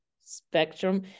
spectrum